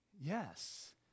Yes